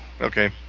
Okay